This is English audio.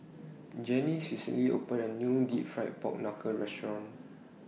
Janis recently opened A New Deep Fried Pork Knuckle Restaurant